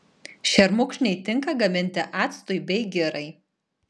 šermukšniai tinka gaminti actui bei girai